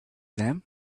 them